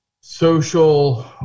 social